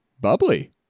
Bubbly